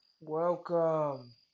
Welcome